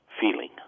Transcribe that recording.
feeling